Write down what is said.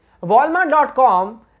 Walmart.com